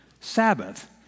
Sabbath